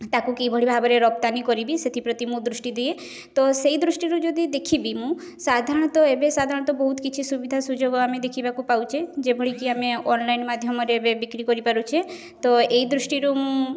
ତାକୁ କିଭଳି ଭାବରେ ରପ୍ତାନି କରିବି ସେଥିପ୍ରତି ମୁଁ ଦୃଷ୍ଟି ଦିଏ ତ ସେହି ଦୃଷ୍ଟିରୁ ଯଦି ଦେଖିବି ମୁଁ ସାଧାରଣତଃ ଏବେ ସାଧାରଣତଃ ବହୁତ କିଛି ସୁବିଧା ସୁଯୋଗ ଆମେ ଦେଖିବାକୁ ପାଉଛେ ଯେଉଁ ଭଳିକି ଆମେ ଅନଲାଇନ୍ ମାଧ୍ୟମରେ ଏବେ ବିକ୍ରୀ କରିପାରୁଛେ ତ ଏହି ଦୃଷ୍ଟିରୁ ମୁଁ